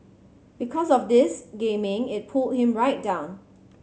because of this gaming it pulled him right down